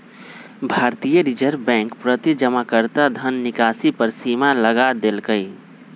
भारतीय reserve bank प्रति जमाकर्ता धन निकासी पर सीमा लगा देलकइ